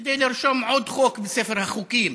כדי לרשום עוד חוק בספר החוקים,